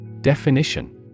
Definition